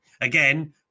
again